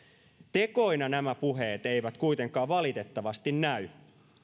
tekoina nämä puheet eivät kuitenkaan valitettavasti näy